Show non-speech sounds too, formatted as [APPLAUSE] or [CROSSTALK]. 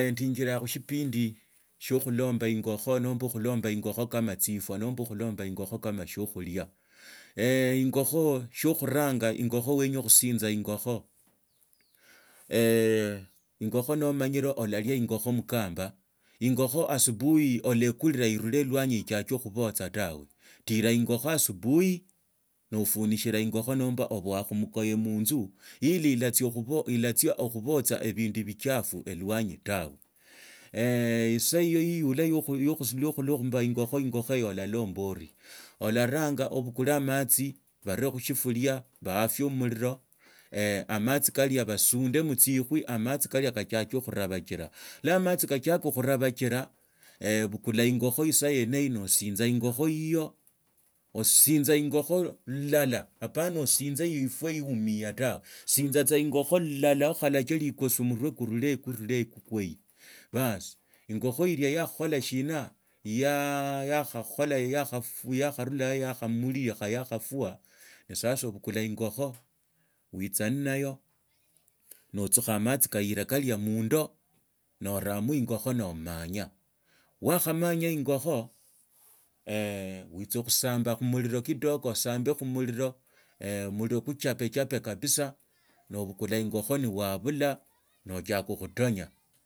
Endiinjilaa khushipindi shio khulomba ingokha nomba khulomba ingokho kama tsifwa nomba kama shiokhulia [HESITATION] ingokho shiokhuranga ingokho wenya khusinza ingakho engokho nomanyile olalia ingokhobmukambi ingokho asubuhi oraekurira elwanyi etsiake khubatoa tawe tila ingokho asubuhi nofunishila ingokho nomba abaye khumukaye munzu ili ilatsa okhubotsa ebundi bichafu elwanyi tawe isaa iwe iholia yo khulomba ingokho y olalomba orie olaranga obukule amatsi karee khushiela ohare omula amatsi kalia basundemo tsikhusi amatsi kalia katsiake khurabakhila iwa amatsi katsiaka khurabashila bukula ingokho isaa yeni ino noositnza ingokho hiyo ositnza ingokho ilala apana ositnze ifwee iumiyaa tawe sintza tsa ingokho ilala okhalaka likosi murwe kurulee kurulze kukwa ila baas ingokho ili yakakhola shina yakharurayo yakhamulikha yakhafwa sasa obukula ingokho witsa nnayo notsukha amab kaira kalia mundza norama ingokho noomanya wako manya ingokho witsakhusambaza khumuriro kidogo osambe khumurire muliro kuchapechape kabisaa nobukha ingokho nwabula notsiaka khutonya.